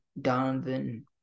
Donovan